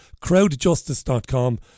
crowdjustice.com